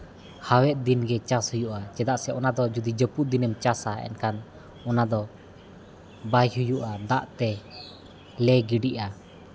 ᱦᱟᱣᱮᱫ ᱫᱤᱱ ᱜᱮ ᱪᱟᱥ ᱦᱩᱭᱩᱜᱼᱟ ᱪᱮᱫᱟᱜ ᱥᱮ ᱚᱱᱟ ᱫᱚ ᱡᱩᱫᱤ ᱡᱟᱹᱯᱩᱫ ᱫᱤᱱᱮᱢ ᱪᱟᱥᱟ ᱮᱱᱠᱷᱟᱱ ᱚᱱᱟ ᱫᱚ ᱵᱟᱭ ᱦᱩᱭᱩᱜᱼᱟ ᱫᱟᱜ ᱛᱮ ᱞᱮ ᱜᱤᱰᱤᱜᱼᱟ